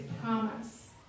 promise